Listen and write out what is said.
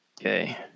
Okay